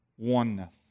Oneness